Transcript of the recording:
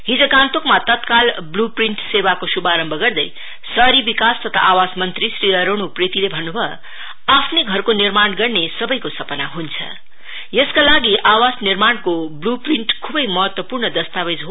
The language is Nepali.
हिज गान्तोकमा तत्काल ब्लु प्रिन्ट सेवाको शुभारम्भ गर्दै शहरी विकास तथा आवास मंत्री श्री अरुण उप्रेतीले भन्नभयो आफ्नै घरको निर्माण गर्ने सबैको सपना हन्छ र यसका लागि आवास निर्माणको ब्ल् प्रिन्ट खुबै महत्वपूर्ण दस्तावेज हो